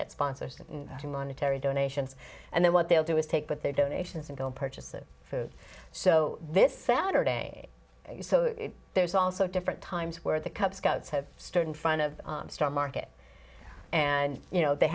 get sponsors to monetary donations and then what they'll do is take with their donations and go and purchase the food so this saturday there's also different times where the cub scouts have stood in front of the star market and you know they